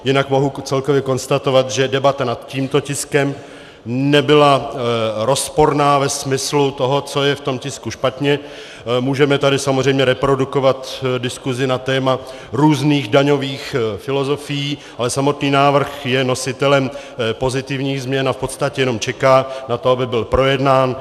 Jinak mohu celkově konstatovat, že debata nad tímto tiskem nebyla rozporná ve smyslu toho, co je v tom tisku špatně, můžeme tady samozřejmě reprodukovat diskusi na téma různých daňových filozofií, ale samotný návrh je nositelem pozitivních změn a v podstatě jenom čeká na to, aby byl projednán.